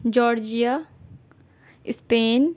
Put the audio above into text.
Georgia Spain